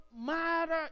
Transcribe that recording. matter